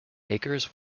acres